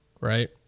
right